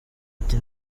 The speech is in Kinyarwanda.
ati